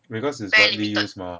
because is badly use mah